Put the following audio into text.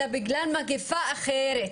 אלא בגלל מגפה אחרת